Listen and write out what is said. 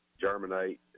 germinate